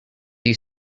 you